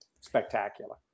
spectacular